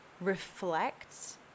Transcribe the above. reflect